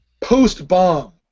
post-bomb